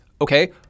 okay